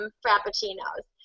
frappuccinos